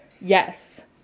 yes